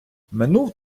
минув